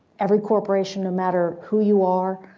every corporation no matter who you are,